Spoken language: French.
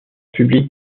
publique